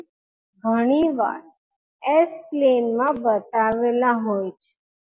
તેથી જ્યારે તમે NDને વિભાજીત કરો અને તમે સરળ બનાવો ત્યારે તમે H𝑠 ને કઈક વિશેષ વત્તા કઈક રેસીડયુઅલ ભાગ્યા છેદ વડે રજૂ કરી શકો છો